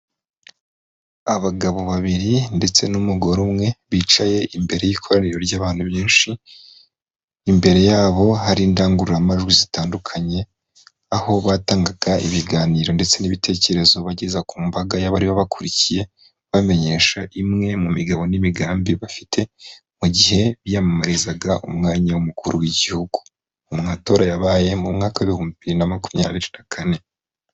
Abagabo babiri ndetse n'umugore umwe bicaye imbere y'ikoraniro ry'abantu benshi, imbere yabo hari indangururamajwi zitandukanye, aho batangaga ibiganiro ndetse n'ibitekerezo bageza ku mbaga y'abari bakurikiye, bamenyesha imwe mu migabo n'imigambi bafite mu gihe biyamamarizaga umwanya w'umukuru w'igihugu mu matora yabaye mu mwaka w'ibihumbi bibiri na makumyabiri na kane.